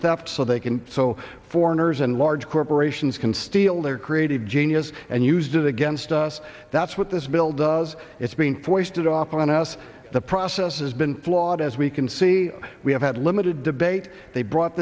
theft so they can so foreigners and large corporations can steal their creative genius and use it against us that's what this bill does it's being foisted off on us the process has been flawed as we can see we have had limited debate they brought